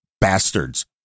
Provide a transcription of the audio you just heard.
bastards